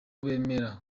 bemera